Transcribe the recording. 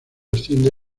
asciende